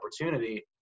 opportunity